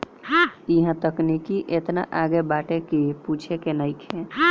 इहां तकनीकी एतना आगे बाटे की पूछे के नइखे